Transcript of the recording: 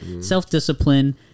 self-discipline